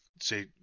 say